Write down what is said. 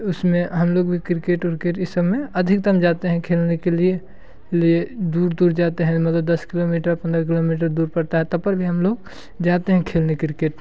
उस में हम लोग भी किर्केट उक्रेट इस सब में अधिकत्तम जाते हैं खेलने के लिए लिए दूर दूर जाते हैं नौ दस किलोमीटर पंद्रह किलोमीटर दूर पड़ता है तब पर भी हम लोग जाते हैं खेलने किर्केट